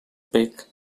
peck